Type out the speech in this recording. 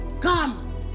Come